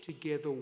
together